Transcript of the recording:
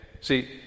See